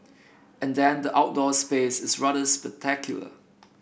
and then the outdoor space is rather spectacular